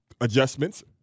adjustments